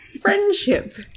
friendship